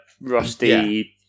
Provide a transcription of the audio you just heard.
rusty